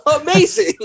Amazing